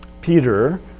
Peter